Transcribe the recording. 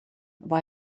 war